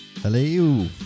Hello